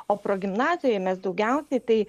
o progimnazijoj mes daugiausiai tai